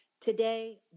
Today